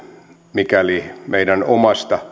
mikäli meidän omasta